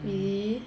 mm